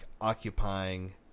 occupying